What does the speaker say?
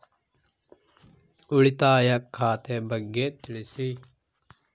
ಉಳಿತಾಯ ಖಾತೆ ಬಗ್ಗೆ ತಿಳಿಸಿ?